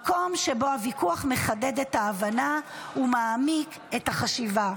מקום שבו הוויכוח מחדד את ההבנה ומעמיק את החשיבה.